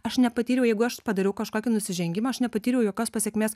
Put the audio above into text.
aš nepatyriau jeigu aš padariau kažkokį nusižengimą aš nepatyriau jokios pasekmės